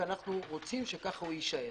ואנחנו רוצים שכך זה יישאר.